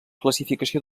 classificació